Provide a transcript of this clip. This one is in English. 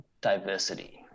diversity